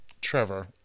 trevor